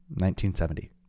1970